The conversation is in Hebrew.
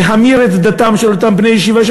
להמיר את דתם של אותם בני ישיבה,